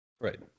Right